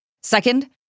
Second